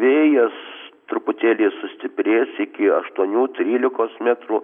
vėjas truputėlį sustiprės iki aštuonių trylikos metrų